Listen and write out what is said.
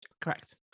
Correct